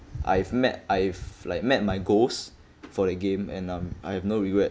I've met I've like met my goals for that game and um I have no regret